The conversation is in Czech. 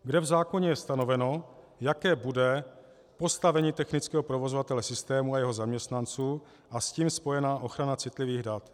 Kde v zákoně je stanoveno, jaké bude postavení technického provozovatele systému a jeho zaměstnanců a s tím spojená ochrana citlivých dat.